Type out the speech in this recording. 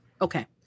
Okay